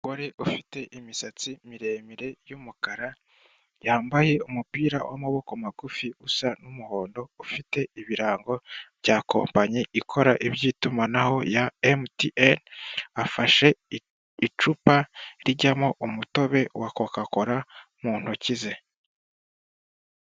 Umugore ufite imisatsi miremire y'umukara. Yambaye umupira w'amaboko magufi usa n'umuhondo ufite ibirango bya kompanyi ikora iby'itumanaho ya emutiyene, afashe icupa rijyamo umutobe wa coca cola mu ntoki ze.